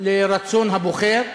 לרצון הבוחר.